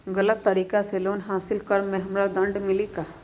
गलत तरीका से लोन हासिल कर्म मे हमरा दंड मिली कि?